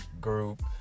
group